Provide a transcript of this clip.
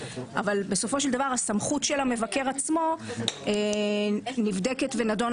אבל בסופו של דבר הסמכות של המבקר עצמו נבדקת ונדונה